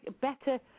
better